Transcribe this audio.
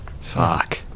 fuck